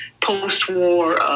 post-war